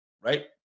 right